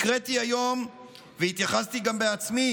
הקראתי היום והתייחסתי גם בעצמי